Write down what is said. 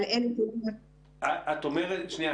שנייה,